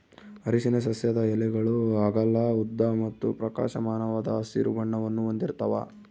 ಅರಿಶಿನ ಸಸ್ಯದ ಎಲೆಗಳು ಅಗಲ ಉದ್ದ ಮತ್ತು ಪ್ರಕಾಶಮಾನವಾದ ಹಸಿರು ಬಣ್ಣವನ್ನು ಹೊಂದಿರ್ತವ